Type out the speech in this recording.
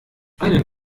einen